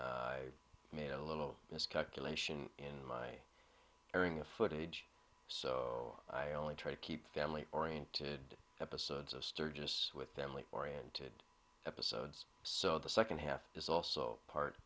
i made a little miscalculation in my airing of footage so i only try to keep family oriented episodes of sturgis with them which oriented episodes so the second half is also part